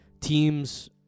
Teams